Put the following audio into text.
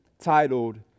titled